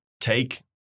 take